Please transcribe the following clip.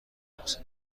خمسه